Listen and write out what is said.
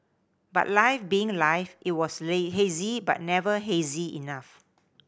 but life being life it was hazy but never hazy enough